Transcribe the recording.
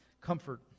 comfort